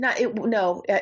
No